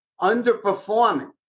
underperforming